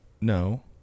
No